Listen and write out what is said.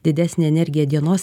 didesnę energiją dienos